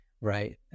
right